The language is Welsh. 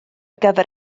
gyfer